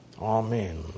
Amen